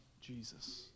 Jesus